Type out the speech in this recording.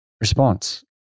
response